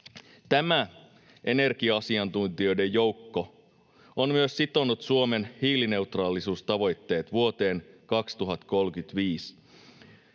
Tämä energia-asiantuntijoiden joukko on myös sitonut Suomen hiilineutraalisuustavoitteet vuoteen 2035.